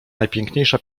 najpiękniejsza